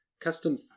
custom